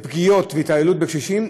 פגיעות והתעללות בקשישים,